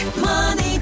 Money